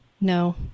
No